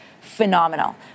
phenomenal